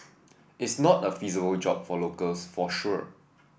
is not a feasible job for locals for sure